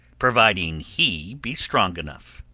provided he be strong enough.